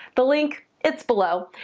the link it's below.